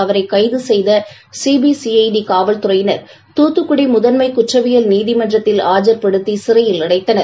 அவரை கைது செய்த சிபிசிஐடி காவல்துறையினர் தூத்துக்குடி முதன்மை குற்றவியல் நீதிமன்றத்தில் ஆஜர்படுத்தி சிறையில் அடைத்தனர்